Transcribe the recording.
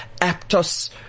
Aptos